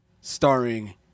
starring